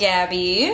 Gabby